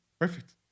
perfect